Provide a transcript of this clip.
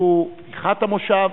שהוא פתיחת המושב,